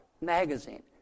magazine